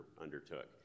undertook